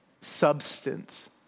substance